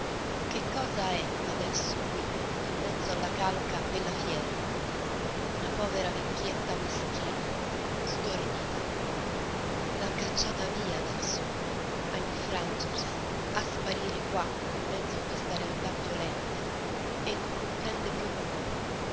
che cosa è adesso qui in mezzo alla calca della fiera una povera vecchietta meschina stordita l'han cacciata via dal sogno a infrangersi a sparire qua in mezzo a questa realtà violenta e non comprende più nulla